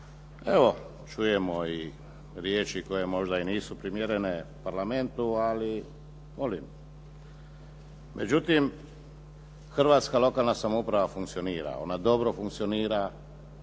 Evo, čujemo i riječi koje možda i nisu primjerene Parlamentu, ali molim. Međutim, hrvatska lokalna samouprava funkcionira, ona dobro funkcionira